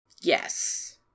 Yes